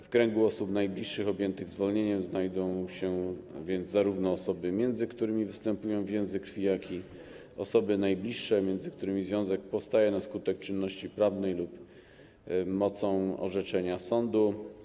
W kręgu osób najbliższych objętych zwolnieniem znajdą się więc zarówno osoby, między którymi występują więzy krwi, jak i osoby najbliższe, między którymi związek powstaje na skutek czynności prawnej lub z mocy orzeczenia sądu.